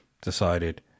decided